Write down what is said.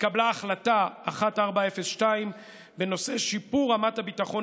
התקבלה החלטה 1402 בנושא שיפור רמת הביטחון